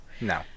No